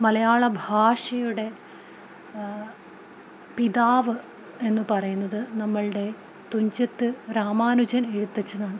മലയാളഭാഷയുടെ പിതാവെന്ന് പറയുന്നത് നമ്മുടെ തുഞ്ചത്ത് രാമാനുജൻ എഴുത്തച്ഛനാണ്